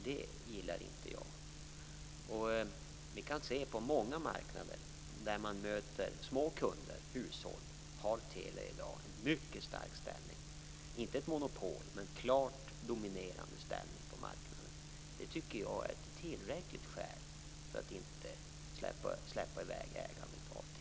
Det gillar inte jag. Vi kan se att Telia på många marknader där man möter små kunder, dvs. hushåll, i dag har en mycket stark ställning - inte ett monopol, men en klart dominerande ställning på marknaden. Det tycker jag är ett tillräckligt skäl för att inte släppa i väg ägandet av